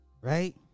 Right